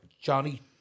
Johnny